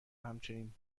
همچنین